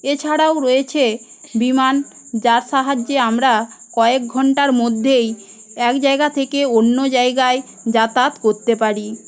এছাড়াও রয়েছে বিমান যার সাহায্যে আমরা কয়েক ঘণ্টার মধ্যেই এক জায়গা থেকে অন্য জায়গায় যাতায়াত করতে পারি